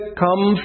come